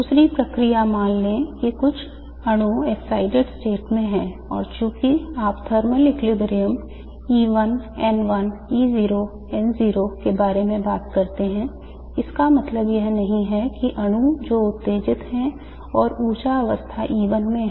दूसरी प्रक्रिया है मान लें कि कुछ अणु excited state में हैं और चूंकि आप थर्मल संतुलन E1 N1 E0 N0 के बारे में बात करते हैं इसका मतलब यह नहीं है कि अणु जो उत्तेजित हैं और ऊर्जा अवस्था E1 मैं है